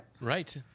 Right